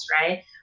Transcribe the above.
right